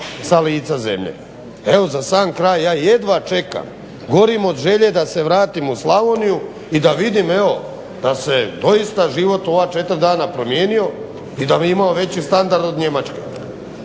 sa lica zemlji. Evo za sam kraj ja jedva čekam, gorim od želje da se vratim u Slavoniju i da vidim, evo da se doista život u ova 4 dana promijenio i da bi imao veći standard od Njemačke.